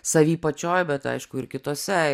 savy pačioj bet aišku ir kituose